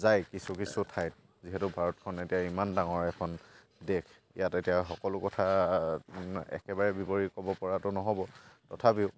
যায় কিছু কিছু ঠাইত যিহেতু ভাৰতখন এতিয়া ইমান ডাঙৰ এখন দেশ ইয়াত এতিয়া সকলো কথা একেবাৰে বিবৰি ক'ব পৰাতো নহ'ব তথাপিও